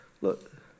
look